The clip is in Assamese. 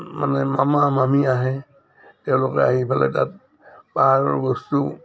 মানে মামা মামী আহে তেওঁলোকে আহি পেলাই তাত পাহাৰৰ বস্তু